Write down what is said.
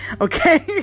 okay